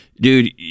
dude